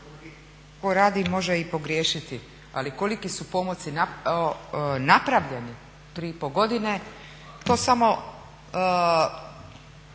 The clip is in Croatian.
tko radi može i pogriješiti. Ali koliki su pomaci napravljeni u 3,5 godine to samo